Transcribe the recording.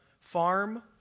farm